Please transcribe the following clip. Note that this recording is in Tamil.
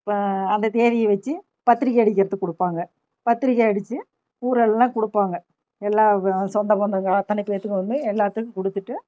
இப்போ அந்த தேதியை வச்சு பத்திரிக்கை அடிக்கிறதுக்கு கொடுப்பாங்க பத்திரிக்கை அடித்து ஊரெல்லாம் கொடுப்பாங்க எல்லாம் வ சொந்தம் பந்தங்கள் அத்தனைக்கும் வச்சு கொண்டு வந்து எல்லாத்துக்கும் கொடுத்துட்டு